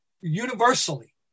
universally